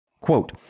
Quote